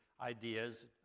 ideas